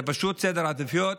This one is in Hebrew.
זה פשוט סדר עדיפויות.